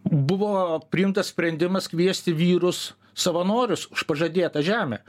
buvo priimtas sprendimas kviesti vyrus savanorius už pažadėtą žemę